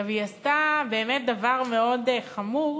היא עשתה באמת דבר מאוד חמור,